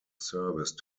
service